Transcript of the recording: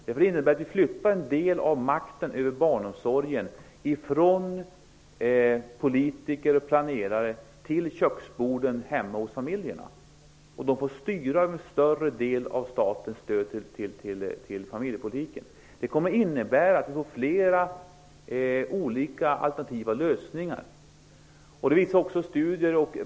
Det innebär att en del av makten över barnomsorgen flyttas från politiker och planerare till köksborden hemma hos familjerna. En större del av statens stöd styrs till familjepolitiken. Detta kommer att innebära att det kommer att finnas flera olika alternativa lösningar.